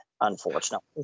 unfortunately